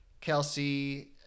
Kelsey